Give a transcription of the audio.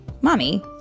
Mommy